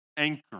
Anchor